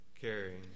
carrying